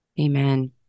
Amen